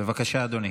בבקשה, אדוני.